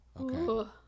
Okay